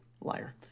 Liar